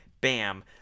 bam